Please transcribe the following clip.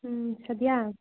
ꯎꯝ ꯁꯗꯤꯌꯥ